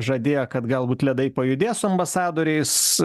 žadėjo kad galbūt ledai pajudės ambasadoriais